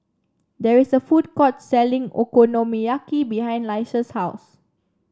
there is a food court selling Okonomiyaki behind Laisha's house